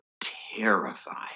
terrified